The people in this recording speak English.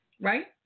right